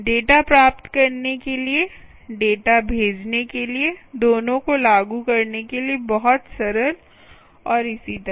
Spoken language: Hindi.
डेटा प्राप्त करने के लिए डेटा भेजने के लिए दोनों को लागू करने के लिए बहुत सरल और इसी तरह